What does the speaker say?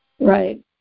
Right